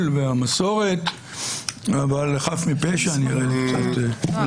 והמסורת אבל חף מפשע נראה לי קצת לא נוח.